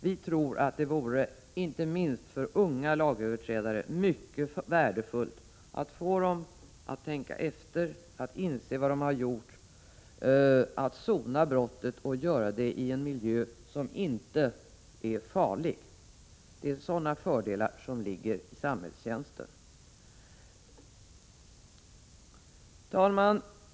Vi tror att det, inte minst för unga lagöverträdare, vore mycket värdefullt att få dem att tänka efter, att inse vad de har gjort och att få sona brottet och göra det i en miljö som inte är farlig. Det är sådana fördelar som ligger i samhällstjänsten. Herr talman!